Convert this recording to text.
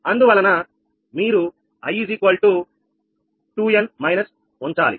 అందువలన మీరు i 2 n minus ఉంచాలి